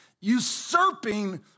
usurping